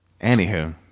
Anywho